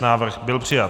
Návrh byl přijat.